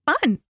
Fun